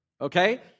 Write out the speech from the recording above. okay